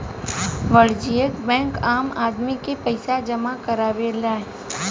वाणिज्यिक बैंक आम आदमी से पईसा जामा करावेले